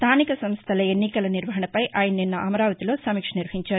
స్థానిక సంస్థల ఎన్నికల నిర్వాహణపై అయన నిన్న అమరావతిలో సమీక్ష నిర్వహించారు